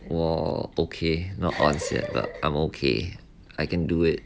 我 okay not ons but I'm okay I can do it